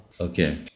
Okay